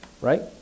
right